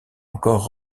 encore